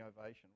ovation